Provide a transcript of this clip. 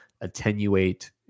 attenuate